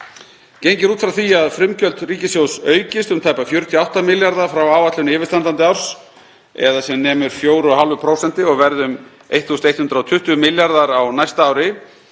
Gengið er út frá því að frumútgjöld ríkissjóðs aukist um tæpa 48 milljarða kr. frá áætlun yfirstandandi árs eða sem nemur 4,5% og verði um 1.120 milljarðar kr. á næsta ári